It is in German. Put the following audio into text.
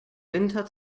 winter